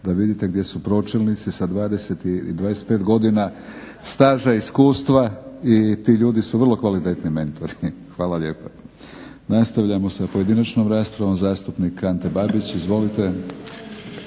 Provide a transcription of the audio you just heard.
da vidite gdje su pročelnici sa 25 godina staža, iskustva i ti ljudi su vrlo kvalitetni mentori. Hvala lijepa. Nastavljamo sa pojedinačnom raspravom zastupnik Ante Babić, izvolite.